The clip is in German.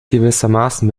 gewissermaßen